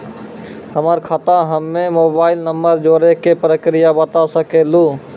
हमर खाता हम्मे मोबाइल नंबर जोड़े के प्रक्रिया बता सकें लू?